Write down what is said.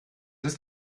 ist